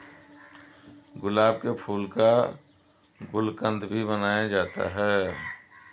गुलाब के फूल का गुलकंद भी बनाया जाता है